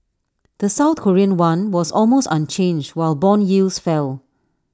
the south Korean won was almost unchanged while Bond yields fell